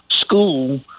school